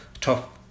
Top